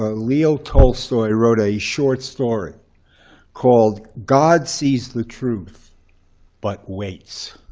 ah leo tolstoy wrote a short story called god sees the truth but waits.